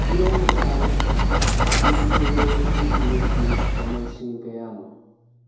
kilo ꯑꯃ ꯃꯈꯥꯏ ꯕꯤꯕꯤ ꯔꯣꯌꯦꯜ ꯀꯤꯁꯃꯤꯁꯀꯤ ꯃꯃꯜꯁꯤꯡ ꯀꯌꯥꯅꯣ